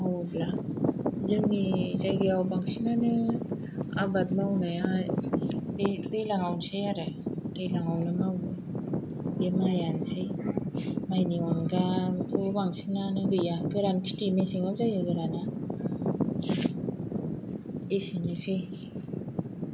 मावोब्ला जोंनि जायगायाव बांसिनानो आबाद मावनाया बे दैज्लाङावनोसै आरो दैज्लाङावनो मावो बे मायानोसै मायनि अनगाथ' बांसिनानो गैया गोरान खिथि मेसेङाव जायो गोराना एसेनोसै